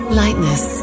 lightness